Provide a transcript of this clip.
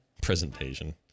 Presentation